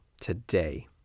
today